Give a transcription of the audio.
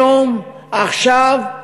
היום, עכשיו,